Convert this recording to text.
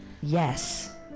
Yes